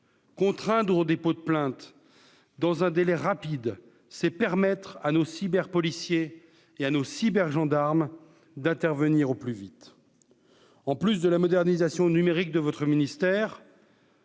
Contraindre au dépôt de plainte dans un délai rapide, c'est permettre à nos cyber policiers et à nos cyber gendarmes d'intervenir au plus vite, en plus de la modernisation numérique de votre ministère,